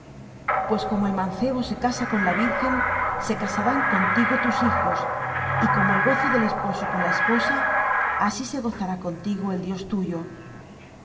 pues como el mancebo se casa con la virgen se casarán contigo tus hijos y como el gozo del esposo con la esposa así se gozará contigo el dios tuyo